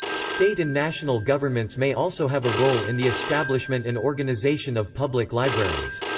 state and national governments may also have a role in the establishment and organization of public libraries.